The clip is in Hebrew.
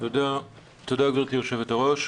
תודה גבירתי היו"ר.